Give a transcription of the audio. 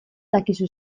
dakizu